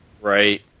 right